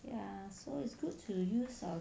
ya so it's good to use our